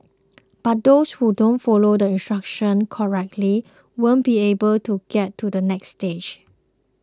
but those who don't follow the instructions correctly won't be able to get to the next stage